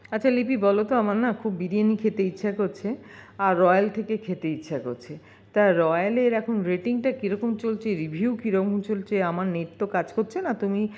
আচ্ছা লিপি বলো তো আমার না খুব বিরিয়ানি খেতে ইচ্ছে করছে আর রয়্যাল থেকে খেতে ইচ্ছে করছে তা রয়্যালের এখন রেটিংটা কিরকম চলছে রিভিউ কিরকম চলছে আমার নেট তো কাজ করছে না তুমি